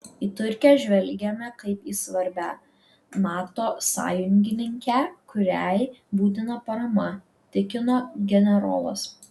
į turkiją žvelgiame kaip į svarbią nato sąjungininkę kuriai būtina parama tikino generolas